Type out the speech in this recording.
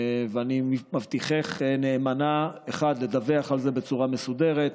ואני מבטיחך נאמנה, 1. לדווח על זה בצורה מסודרת,